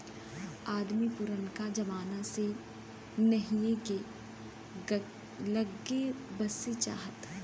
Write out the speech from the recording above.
अदमी पुरनका जमाना से नहीए के लग्गे बसे चाहत